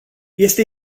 este